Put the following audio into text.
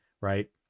right